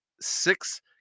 six